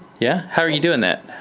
yeah? how are you doing that?